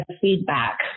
feedback